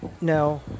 No